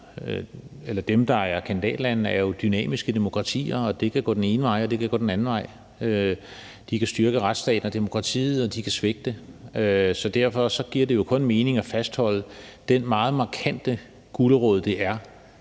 de lande, der er kandidatlande, er jo dynamiske demokratier, og det kan gå den ene vej, og det kan på den anden vej. De kan styrke retsstaten og demokratiet, og de kan svække det. Så derfor giver det jo kun mening at fastholde den meget markante gulerod, det er,